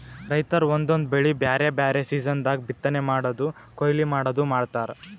ರೈತರ್ ಒಂದೊಂದ್ ಬೆಳಿ ಬ್ಯಾರೆ ಬ್ಯಾರೆ ಸೀಸನ್ ದಾಗ್ ಬಿತ್ತನೆ ಮಾಡದು ಕೊಯ್ಲಿ ಮಾಡದು ಮಾಡ್ತಾರ್